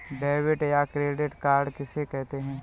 Debit या credit card किसे कहते हैं?